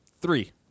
Three